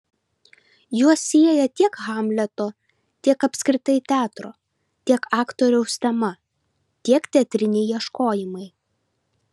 juos sieja tiek hamleto tiek apskritai teatro tiek aktoriaus tema tiek teatriniai ieškojimai